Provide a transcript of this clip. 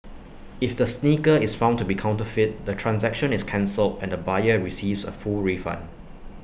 if the sneaker is found to be counterfeit the transaction is cancelled and the buyer receives A full refund